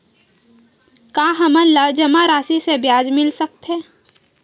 का हमन ला जमा राशि से ब्याज मिल सकथे?